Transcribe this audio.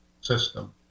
system